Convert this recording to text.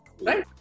Right